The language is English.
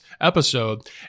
episode